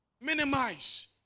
minimize